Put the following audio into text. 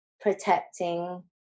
protecting